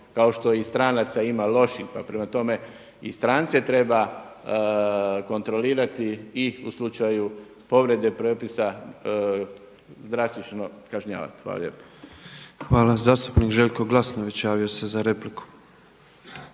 kao što i stranaca ima loših. Pa prema tome i strance treba kontrolirati i u slučaju povrede propisa drastično kažnjavati. Hvala lijepo. **Petrov, Božo (MOST)** Hvala. Zastupnik Željko Glasnović javio se za repliku.